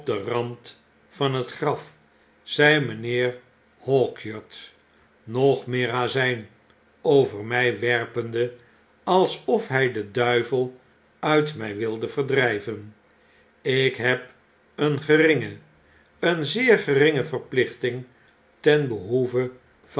den rand van het graf zei mynheer hawkyard nog meer azijn over mij werpende alsof hij den duivel uit my wilde verdryven lk heb een geriuge een zeer geringe verplichting ten behoeve van